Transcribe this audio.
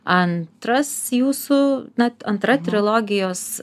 antras jūsų na antra trilogijos